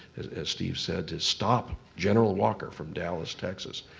as steve said, to stop general walker from dallas, texas,